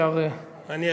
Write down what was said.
אני אשיב.